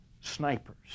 snipers